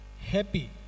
happy